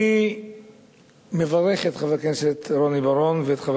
אני מברך את חבר הכנסת רוני בר-און ואת חבר